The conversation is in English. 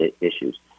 issues